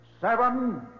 seven